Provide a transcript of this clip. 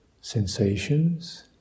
sensations